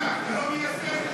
למה אתה לא מביא את זה?